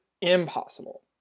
impossible